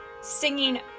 singing